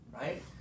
right